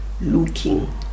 looking